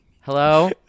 Hello